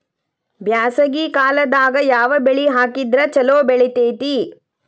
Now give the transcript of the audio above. ಬ್ಯಾಸಗಿ ಕಾಲದಾಗ ಯಾವ ಬೆಳಿ ಹಾಕಿದ್ರ ಛಲೋ ಬೆಳಿತೇತಿ?